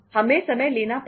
हमें समय लेना पड़ता है